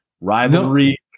rivalry